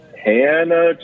Hannah